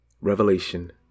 Revelation